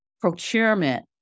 procurement